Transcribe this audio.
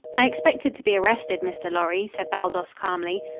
i expected to be arrested, mr. lorry, said baldos calmly.